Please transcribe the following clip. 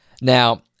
Now